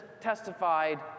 testified